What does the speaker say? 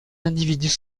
individus